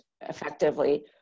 effectively